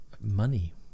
money